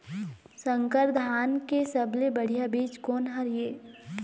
संकर धान के सबले बढ़िया बीज कोन हर ये?